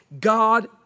God